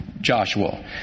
joshua